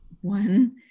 one